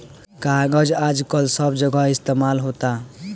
कागज आजकल सब जगह इस्तमाल होता